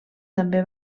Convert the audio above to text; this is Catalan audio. també